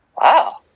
Wow